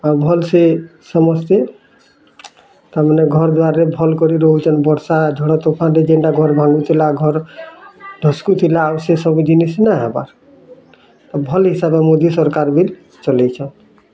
ଆଉ ଭଲ୍ ସେ ସମସ୍ତେ ତାର୍ ମାନେ ଘର୍ ଦ୍ଵାରା ରେ ଭଲ୍ କରି ରହୁସନ୍ ବର୍ଷା ଝଡ଼ ତୋଫାନ୍ ରେ ଯେନ୍ଟା ଘର୍ ଭାଙ୍ଗୁଥିଲା ଘର୍ ଢସ୍କୁ ଥିଲା ଆଉ ସେ ସବୁ ଜିନିଷ୍ ନାଇଁ ହବାର୍ ତ ଭଲ୍ ହିସାବେ ମୋଦି ସରକାର୍ ବି ଚଲେଇଛନ୍